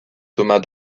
thomas